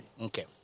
Okay